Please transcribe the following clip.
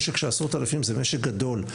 משק של עשרות אלפים זה משק גדול,